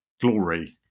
glory